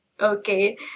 okay